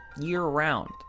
year-round